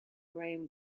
graham